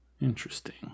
Interesting